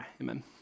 Amen